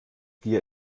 gier